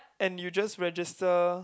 and you just register